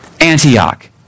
Antioch